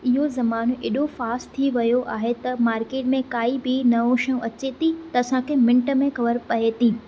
इहो ज़मानो एॾो फास्ट थि वियो आहे त मार्केट में काई बि नयूं शयूं अचे थी त असांखे मिंट में ख़बरु पए थी